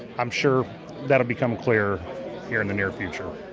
i'm sure that'll become clear here in the near future